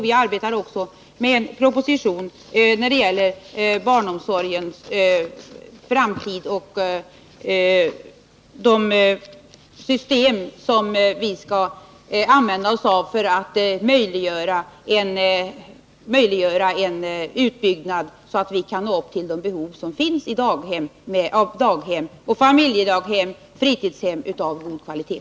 Vi arbetar också med en proposition om barnomsorgens framtid och de system som vi skall använda för att möjliggöra en utbyggnad, så att vi kan tillgodose de behov som finns av daghem, familjedaghem och fritidshem av god kvalitet.